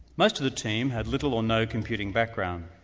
most of the team had little or no computing background.